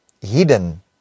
hidden